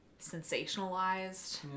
sensationalized